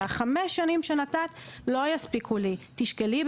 וחמש השנים שנתת לא יספיקו לי תשקלי,